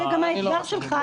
זה גם האתגר שלך לקדם אותם.